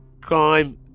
Crime